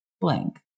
blank